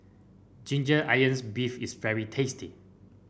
Ginger Onions beef is very tasty